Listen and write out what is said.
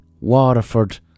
Waterford